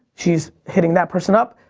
she's hitting that person up.